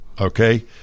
okay